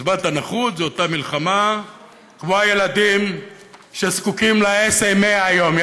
קצבת הנכות זו אותה מלחמה כמו הילדים שזקוקים ל-SMA היום.